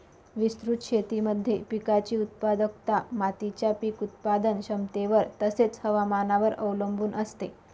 विस्तृत शेतीमध्ये पिकाची उत्पादकता मातीच्या पीक उत्पादन क्षमतेवर तसेच, हवामानावर अवलंबून असते